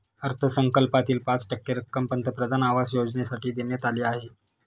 अर्थसंकल्पातील पाच टक्के रक्कम पंतप्रधान आवास योजनेसाठी देण्यात आली आहे